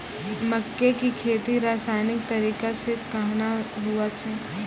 मक्के की खेती रसायनिक तरीका से कहना हुआ छ?